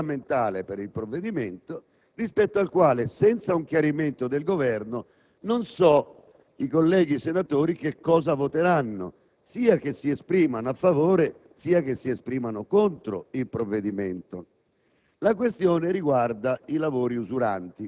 è emerso un aspetto fondamentale del provvedimento rispetto al quale, senza un chiarimento del Governo, non so cosa i colleghi senatori voteranno, sia che si esprimano a favore, sia che si esprimano contro il provvedimento.